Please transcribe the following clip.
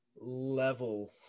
level